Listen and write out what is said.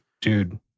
dude